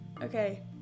Okay